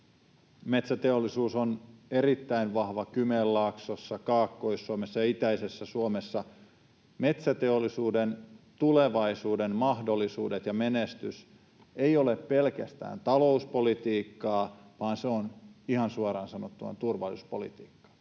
Metsäteollisuus on erittäin vahva Kymenlaaksossa, Kaakkois-Suomessa ja itäisessä Suomessa. Metsäteollisuuden tulevaisuuden mahdollisuudet ja menestys ei ole pelkästään talouspolitiikkaa, vaan se on ihan suoraan sanottuna turvallisuuspolitiikkaa.